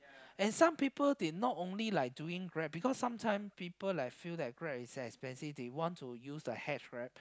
and some people they not only like doing Grab because sometime people like feel that Grab is expensive they want to use the hitch right